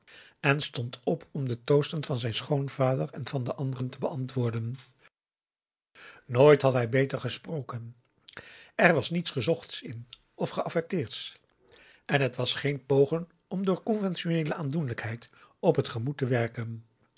en stond op om de toosten van zijn schoonvader en van de anderen te beantwoorden nooit had hij beter gesproken er was niets gezochts in of geaffecteerds en het was geen pogen om door conventioneele aandoenlijkheid op t gemoed te werken